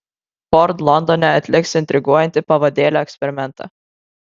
ford londone atliks intriguojantį pavadėlio eksperimentą